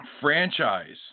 franchise